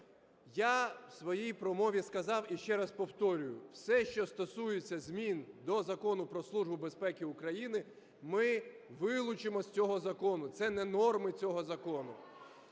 Я в своїй промові сказав і ще раз повторюю. Все, що стосується змін до Закону "Про Службу безпеки України", ми вилучимо з цього закону. Це не норми цього закону.